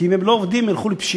כי אם הם לא יעבדו הם ילכו לפשיעה,